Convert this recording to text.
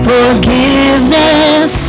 Forgiveness